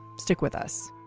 stick with us